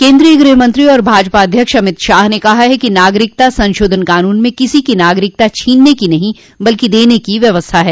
केंद्रीय गृहमंत्री और भाजपा अध्यक्ष अमित शाह ने कहा है कि नागरिकता संशोधन कानून में किसी की नागरिकता छीनने की नहीं बल्कि देने की व्यवस्था है